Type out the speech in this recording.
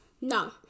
No